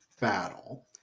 battle